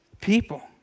people